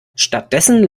stattdessen